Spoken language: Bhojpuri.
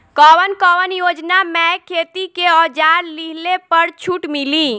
कवन कवन योजना मै खेती के औजार लिहले पर छुट मिली?